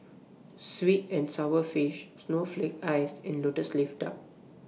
Sweet and Sour Fish Snowflake Ice and Lotus Leaf Duck